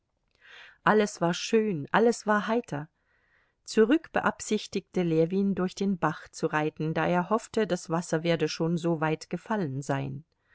alles war schön alles war heiter zurück beabsichtigte ljewin durch den bach zu reiten da er hoffte das wasser werde schon so weit gefallen sein